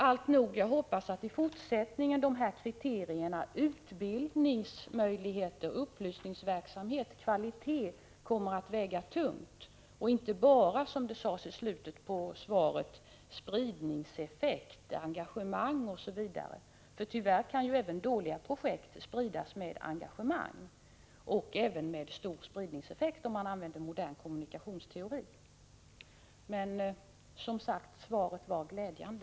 Alltnog, jag hoppas att i fortsättningen kriterierna utbildningsmöjligheter, upplysningsverksamhet och kvalitet kommer att väga tungt, inte bara, som sades i slutet av svaret, spridningseffekt, engagemang osv. Tyvärr kan även dåliga projekt spridas med engagemang och, om man använder modern kommunikationsteori, även med stor spridningseffekt. Svaret var dock, som sagt, glädjande.